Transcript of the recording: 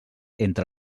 entre